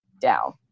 down